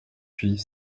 puis